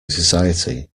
society